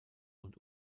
und